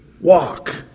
walk